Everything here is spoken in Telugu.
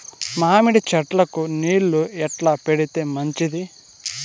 మామిడి చెట్లకు నీళ్లు ఎట్లా పెడితే మంచిది?